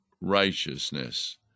righteousness